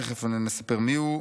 תכף אני מספר מיהו.